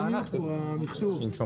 משום שאנחנו באמת נמצאים במצב חירום לאומי